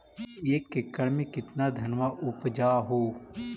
एक एकड़ मे कितना धनमा उपजा हू?